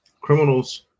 criminals